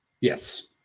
Yes